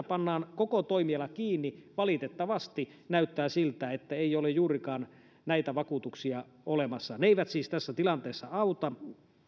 pannaan koko toimiala kiinni valitettavasti näyttää siltä että ei ole juurikaan näitä vakuutuksia olemassa ne eivät siis tässä tilanteessa auta